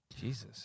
Jesus